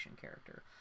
character